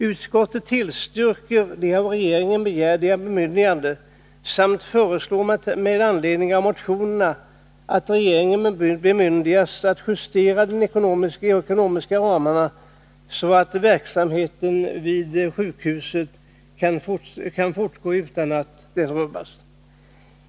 Utskottet tillstyrker de av regeringen begärda bemyndigandena samt föreslår med anledning av motionerna att regeringen bemyndigas justera de ekonomiska ramarna så att verksamheten vid sjukhuset kan fortgå utan att den rubbas.